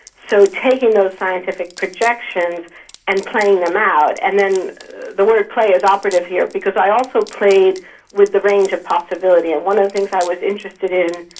so taking those scientific projections and playing them out. and the word play is operative here because i also played with the range of possibilities, and one of the things i was interested in,